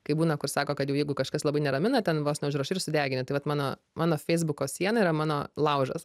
kai būna kur sako kad jeigu kažkas labai neramina ten vos neužrašai ir sudegini tai vat mano mano feisbuko siena yra mano laužas